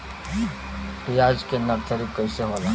प्याज के नर्सरी कइसे होला?